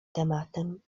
tematem